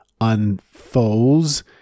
unfolds